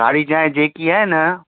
कारी चांहि जेकी आहे न